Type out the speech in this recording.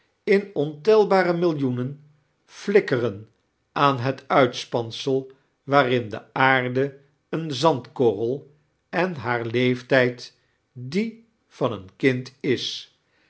in ontelibare millioenen flikkeren aan het uitspansel waarin de aarde een zandkorrel en haar leeftijd die van een kind is